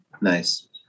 Nice